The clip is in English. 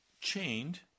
chained